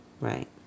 right